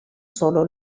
solo